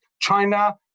China